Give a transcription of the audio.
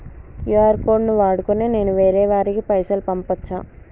QR code ను వాడుకొని నేను వేరే వారికి పైసలు పంపచ్చా?